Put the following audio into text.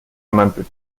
amantes